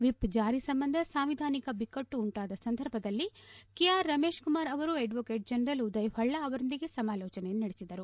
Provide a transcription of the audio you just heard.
whip ಜಾರಿ ಸಂಬಂಧ ಸಾಂವಿಧಾನಿಕ ಬಿಕ್ಕಟ್ಟು ಉಂಟಾದ ಸಂದರ್ಭದಲ್ಲಿ ಕೆಆರ್ ರಮೇಶ್ ಕುಮಾರ್ ಅವರು ಅಡ್ಡೋಕೇಟ್ ಜನರಲ್ ಉದಯ್ ಹೊಳ್ಳ ಅವರೊಂದಿಗೆ ಸಮಾಲೋಚನೆ ನಡೆಸಿದರು